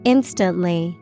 Instantly